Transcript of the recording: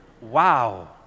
Wow